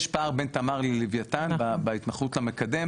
יש פער בין תמר ללווייתן בה- -- למקדם